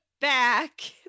back